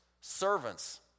servants